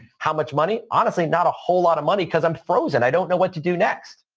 how much money? honestly, not a whole lot of money because i'm frozen. i don't know what to do next.